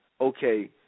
okay